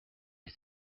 his